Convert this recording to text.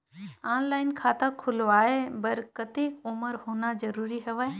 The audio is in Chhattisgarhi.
ऑनलाइन खाता खुलवाय बर कतेक उमर होना जरूरी हवय?